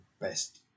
best